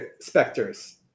specters